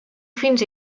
fins